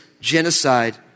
genocide